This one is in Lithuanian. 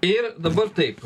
ir dabar taip